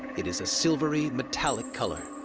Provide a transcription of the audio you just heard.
it is a silvery metallic color.